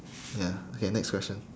ya okay next question